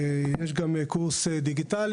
ועובדים על פיתוח קורס דיגיטלי;